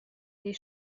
les